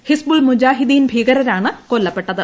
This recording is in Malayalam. ഹിസ്ബുൾ മുജാഹിദ്ടീൻ ഭീകരരാണ് കൊല്ലപ്പെട്ടത്